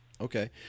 okay